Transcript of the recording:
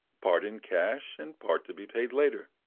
part in cash and part to be paid later.